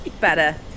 better